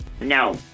No